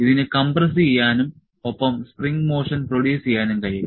ഇതിന് കംപ്രസ്സുചെയ്യാനും ഒപ്പം സ്പ്രിംഗ് മോഷൻ പ്രൊഡ്യൂസ് ചെയ്യാനും കഴിയും